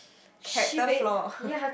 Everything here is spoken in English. character flaw